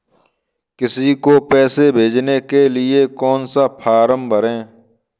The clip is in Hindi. किसी को पैसे भेजने के लिए कौन सा फॉर्म भरें?